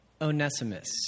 Onesimus